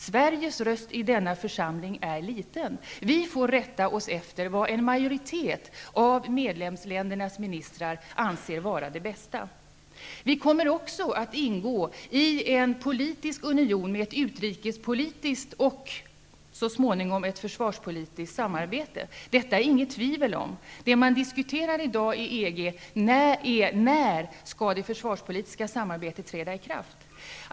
Sveriges stämma i denna församling är svag. Vi får rätta oss efter vad en majoritet av medlemsländernas ministrar anser vara det bästa. Sverige kommer också att ingå i en politisk union med ett utrikespolitiskt och så småningom försvarspolitiskt samarbete. Detta är det inget tvivel om. Det man diskuterar i EG är när det försvarspolitiska arbetet skall träda i kraft.